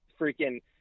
Freaking